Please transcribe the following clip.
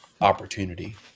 opportunity